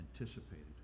anticipated